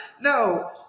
No